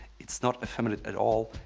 it's not effeminate at all.